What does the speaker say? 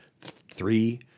three